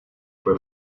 fue